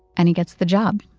and he gets the job,